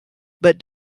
but